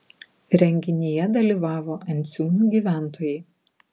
renginyje dalyvavo enciūnų gyventojai